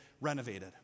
renovated